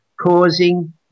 causing